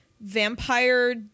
vampire